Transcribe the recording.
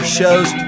shows